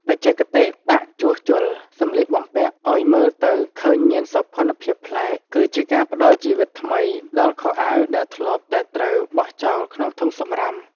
បច្ចេកទេសប៉ាក់ជួសជុលសម្លៀកបំពាក់ឱ្យមើលទៅឃើញមានសោភ័ណភាពប្លែក គឺជាការផ្ដល់ជីវិតថ្មីដល់ខោអាវដែលធ្លាប់តែត្រូវបោះចោលក្នុងធុងសំរាម។